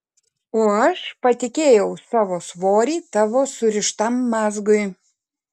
o aš patikėjau savo svorį tavo surištam mazgui